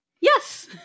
Yes